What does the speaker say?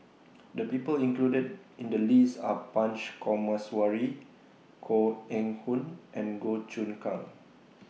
The People included in The list Are Punch Coomaraswamy Koh Eng Hoon and Goh Choon Kang